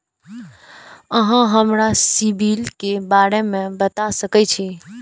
अहाँ हमरा सिबिल के बारे में बता सके छी?